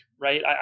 right